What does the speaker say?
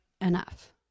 enough